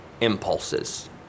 impulses